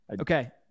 Okay